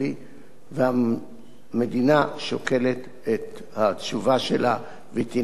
והמדינה שוקלת את התשובה שלה, והיא תינתן במועד.